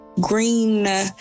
green